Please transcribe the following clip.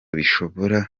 bishobora